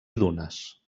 dunes